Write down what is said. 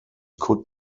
could